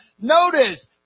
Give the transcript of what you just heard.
Notice